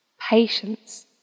patience